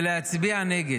ולהצביע נגד.